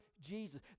Jesus